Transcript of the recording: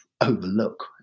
overlook